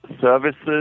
services